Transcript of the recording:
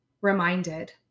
reminded